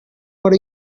what